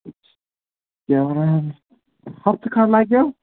کیٛاہ وَنان ہَفتہٕ کھنٛڈ لَگہِ اَتھ